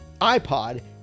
ipod